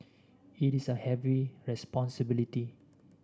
it is a heavy responsibility